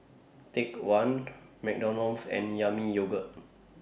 Take one McDonald's and Yami Yogurt